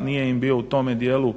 nije im bio u tome dijelu